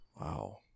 wow